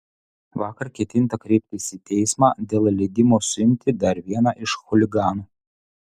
vakar ketinta kreiptis į teismą dėl leidimo suimti dar vieną iš chuliganų